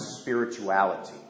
spirituality